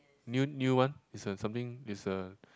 new new one is a something it's a